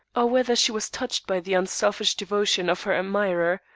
or whether she was touched by the unselfish devotion of her admirer,